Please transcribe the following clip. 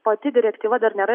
pati direktyva dar nėra